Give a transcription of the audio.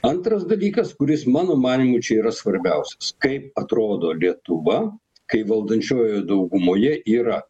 antras dalykas kuris mano manymu čia yra svarbiausias kaip atrodo lietuva kai valdančiojoje daugumoje yra